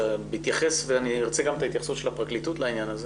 בהתייחס ואני ארצה גם את ההתייחסות של הפרקליטות לעניין הזה